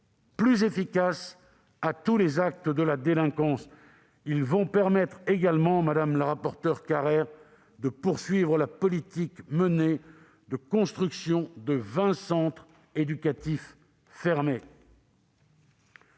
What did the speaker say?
plus efficace à tous les actes de délinquance. Ils permettront également, madame la rapporteure pour avis Carrère, de poursuivre la politique de construction de vingt centres éducatifs fermés.